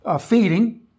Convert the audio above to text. feeding